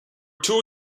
two